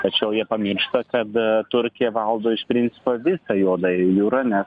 tačiau jie pamiršta kad turkija valdo iš principo visą juodąją jūrą nes